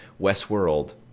Westworld